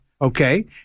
Okay